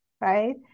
right